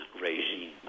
regime